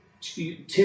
Tim